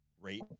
rate